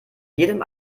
jedem